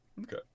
Okay